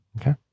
okay